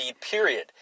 period